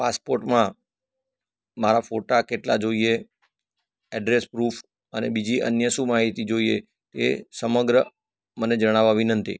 પાસપોર્ટમાં મારા ફોટા કેટલા જોઈએ એડ્રેસ પ્રુફ અને બીજી અન્ય શું માહિતી જોઈએ એ સમગ્ર મને જણાવવા વિનંતી